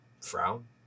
frown